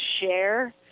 share